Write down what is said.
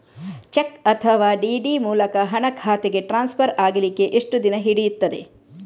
Check ಅಥವಾ DD ಮೂಲಕ ಹಣ ಖಾತೆಗೆ ಟ್ರಾನ್ಸ್ಫರ್ ಆಗಲಿಕ್ಕೆ ಎಷ್ಟು ದಿನ ಹಿಡಿಯುತ್ತದೆ?